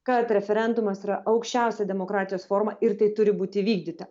kad referendumas yra aukščiausia demokratijos forma ir tai turi būti įvykdyta